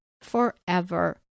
forever